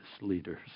leaders